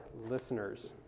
listeners